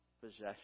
possession